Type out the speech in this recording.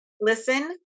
Listen